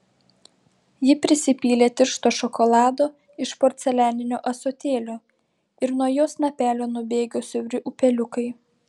ji prisipylė tiršto šokolado iš porcelianinio ąsotėlio ir nuo jo snapelio nubėgo siauri upeliukai